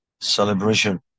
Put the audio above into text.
celebration